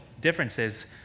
differences